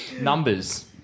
Numbers